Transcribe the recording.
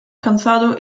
cansado